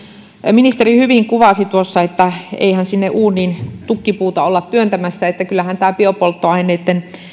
ministeri hyvin kuvasi tuossa että eihän sinne uuniin tukkipuuta olla työntämässä että kyllähän nämä biopolttoaineitten